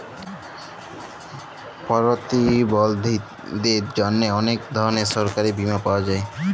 পরতিবলধীদের জ্যনহে অলেক ধরলের সরকারি বীমা পাওয়া যায়